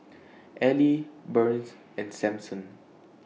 Elie Burns and Samson